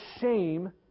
shame